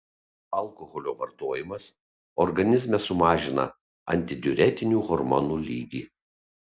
alkoholio vartojimas organizme sumažina antidiuretinių hormonų lygį